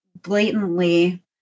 Blatantly